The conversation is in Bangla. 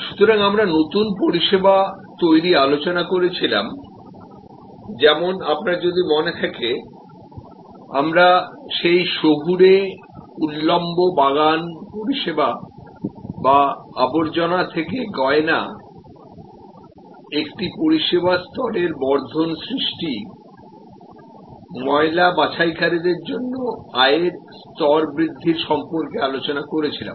সুতরাং আমরা নতুন পরিষেবা তৈরির আলোচনা করেছিলাম যেমন আপনার যদি মনে থাকে আমরা সেই শহুরে ভার্টিকাল বাগান পরিষেবা বা আবর্জনা থেকে গহনা একটি পরিষেবা স্তরের উন্নতি করা ময়লা সংগ্রহকারী দের আয় বাড়ানো সম্পর্কে আলোচনা করেছিলাম